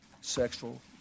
sexual